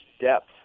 depth